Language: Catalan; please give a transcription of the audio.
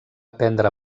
prendre